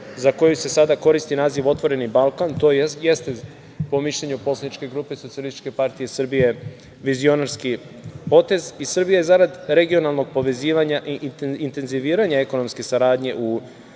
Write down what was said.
za koji se sada koristi naziv – otvoreni Balkan, to jeste po mišljenju poslaničke grupe SPS vizionarski potez. Srbija je zarad regionalnog povezivanja i intenziviranja ekonomske saradnje u